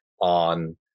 on